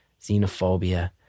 xenophobia